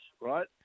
right